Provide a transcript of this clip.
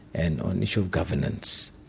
and on the issue of governance.